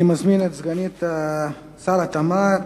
אני מזמין את סגנית שר התעשייה,